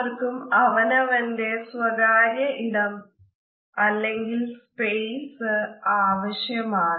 എല്ലാവർക്കും അവനവന്റെ സ്വകാര്യ ഇടംസ്പേസ് ആവശ്യമാണ്